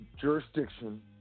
jurisdiction